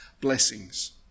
blessings